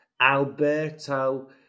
Alberto